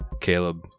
Caleb